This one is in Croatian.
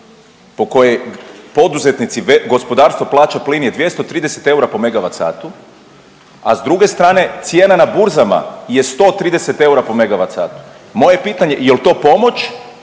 po kojoj poduzetnici, gospodarstvo plaća plin je 230 eura po megavat satu, a s druge strane cijena na burzama je 130 eura po megavat satu. Moje pitanje, jel' to pomoć